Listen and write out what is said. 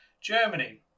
Germany